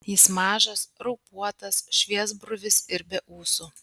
jis mažas raupuotas šviesbruvis ir be ūsų